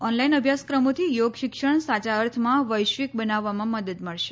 online અભ્યાસક્રમોથી યોગ શિક્ષણ સાયા અર્થમાં વૈશ્વિક બનાવવામાં મદદ મળશે